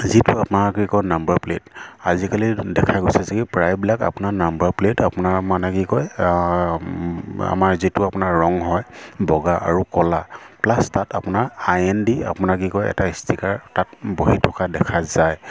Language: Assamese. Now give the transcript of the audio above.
যিটো আপোনাৰ কি কয় নাম্বাৰ প্লেট আজিকালি দেখা গৈছে কি প্ৰায়বিলাক আপোনাৰ নাম্বাৰ প্লেট আপোনাৰ মানে কি কয় আমাৰ যিটো আপোনাৰ ৰং হয় বগা আৰু ক'লা প্লাছ তাত আপোনাৰ আই এন ডি আপোনাক কি কয় এটা ষ্টিকাৰ তাত বহি থকা দেখা যায়